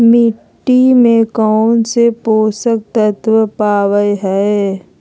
मिट्टी में कौन से पोषक तत्व पावय हैय?